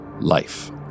life